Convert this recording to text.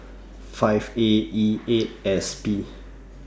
five A E eight S P